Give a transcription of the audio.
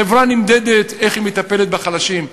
חברה נמדדת לפי, איך היא מטפלת בחלשים.